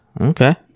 okay